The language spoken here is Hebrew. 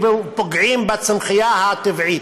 ופוגעים בצמחייה הטבעית.